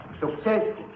successful